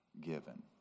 given